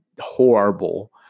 horrible